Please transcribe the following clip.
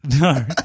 No